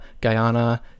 Guyana